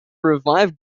revive